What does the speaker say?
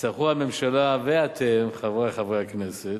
תצטרכו הממשלה ואתם, חברי חברי הכנסת,